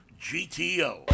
GTO